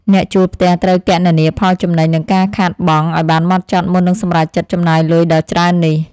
អ្នកជួលផ្ទះត្រូវគណនាផលចំណេញនិងការខាតបង់ឱ្យបានហ្មត់ចត់មុននឹងសម្រេចចិត្តចំណាយលុយដ៏ច្រើននេះ។